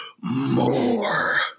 more